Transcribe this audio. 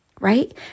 right